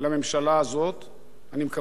אני מקווה, לממשלה שתחליף אותה,